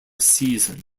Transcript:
season